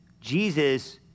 Jesus